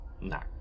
no